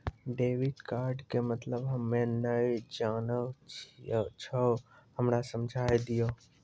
Debit card के मतलब हम्मे नैय जानै छौ हमरा समझाय दियौ?